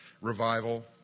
revival